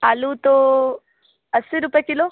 आलू तो अस्सी रुपये किलो